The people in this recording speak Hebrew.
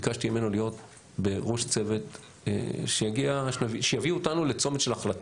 ביקשתי ממנו להיות בראש צוות שיביא אותנו לצומת של החלטה.